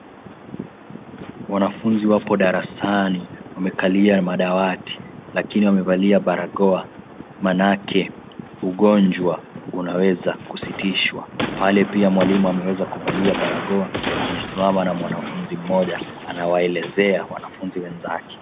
Wanafunzi wapo darasani wamekalia madawati lakini wamevalia barakoa manake ugonjwa unaweza kusitishwa. Pale pia mwalimu ameweza kuvalia barakoa amesimama na mwanafunzi mmoja anawaelezea wanafunzi wenzake.